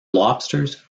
lobsters